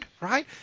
right